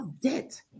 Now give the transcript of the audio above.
debt